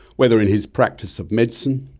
whether in his practise of medicine,